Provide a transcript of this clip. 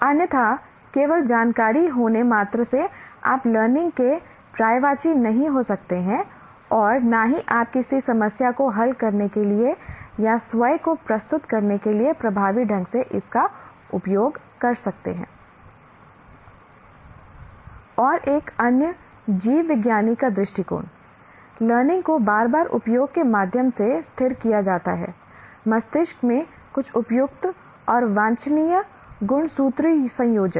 अन्यथा केवल जानकारी होने मात्र से आप लर्निंग के पर्यायवाची नहीं हो सकते हैं और न ही आप किसी समस्या को हल करने के लिए या स्वयं को प्रस्तुत करने के लिए प्रभावी ढंग से इसका उपयोग कर सकते हैंI और एक अन्य जीवविज्ञानी का दृष्टिकोण लर्निंग को बार बार उपयोग के माध्यम से स्थिर किया जाता है मस्तिष्क में कुछ उपयुक्त और वांछनीय गुणसूत्रीयसंयोजन